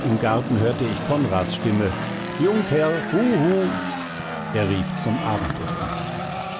im garten hörte ich konrads stimme jungherr hu hu er rief zum abendessen